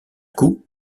coup